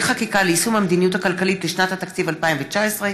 חקיקה ליישום המדיניות הכלכלית לשנת התקציב 2019),